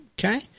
okay